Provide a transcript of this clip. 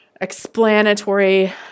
explanatory